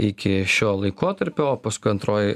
iki šio laikotarpio o paskui antroj